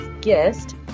guest